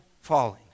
falling